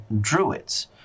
druids